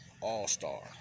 All-star